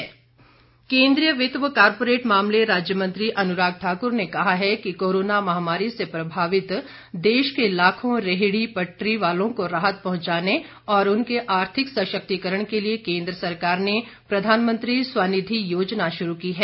अनुराग केन्द्रीय वित्त व कॉरपोरेट मामले राज्य मंत्री अनुराग ठाकुर ने कहा है कि कोरोना महामारी से प्रभावित देश के लाखों रेहड़ी व पटरी वालों को राहत पहुंचाने और उनके आर्थिक सशक्तिकरण के लिए केन्द्र सरकार ने प्रधानमंत्री स्वनिधि योजना शुरू की है